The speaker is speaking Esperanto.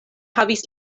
havis